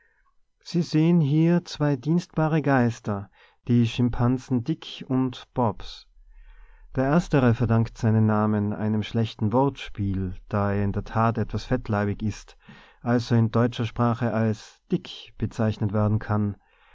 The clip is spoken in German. sie sehen hier zwei dienstbare geister die schimpansen dick und bobs der erstere verdankt seinen namen einem schlechten wortspiel da er in der tat etwas fettleibig ist also in deutscher sprache als dick bezeichnet werden kann